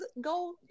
go